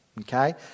okay